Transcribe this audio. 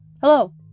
Hello